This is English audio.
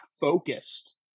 focused